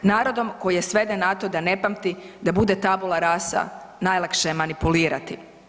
Narodom koji je sveden na to da ne pamti, da bude tabula rasa najlakše je manipulirati.